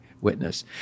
witness